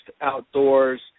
outdoors